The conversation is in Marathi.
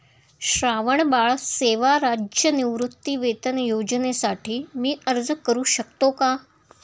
श्रावणबाळ सेवा राज्य निवृत्तीवेतन योजनेसाठी मी अर्ज करू शकतो का?